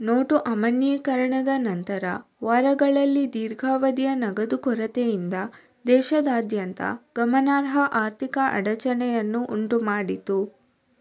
note ಅಮಾನ್ಯೀಕರಣದ ನಂತರದ ವಾರಗಳಲ್ಲಿ ದೀರ್ಘಾವಧಿಯ ನಗದು ಕೊರತೆಯಿಂದ ದೇಶದಾದ್ಯಂತ ಗಮನಾರ್ಹ ಆರ್ಥಿಕ ಅಡಚಣೆಯನ್ನು ಉಂಟು ಮಾಡಿತು